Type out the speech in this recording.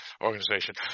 organization